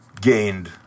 gained